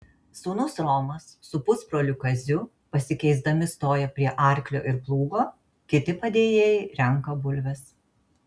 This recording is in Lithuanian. sūnus romas su pusbroliu kaziu pasikeisdami stoja prie arklio ir plūgo kiti padėjėjai renka bulves